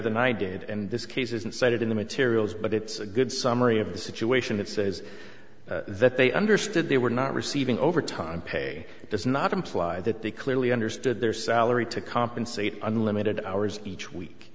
than i did and this case isn't cited in the materials but it's a good summary of the situation that says that they understood they were not receiving overtime pay does not imply that they clearly understood their salary to compensate unlimited hours each week